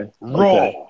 Raw